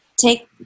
take